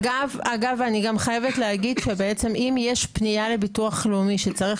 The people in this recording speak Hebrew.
אגב אני גם חייבת להגיד שבעצם אם יש פניה לביטוח לאומי שצריך